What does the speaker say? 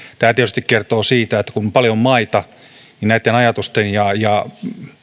tämä tietysti kertoo siitä että kun on paljon maita niin ajatusten ja ja